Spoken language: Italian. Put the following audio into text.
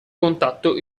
contatto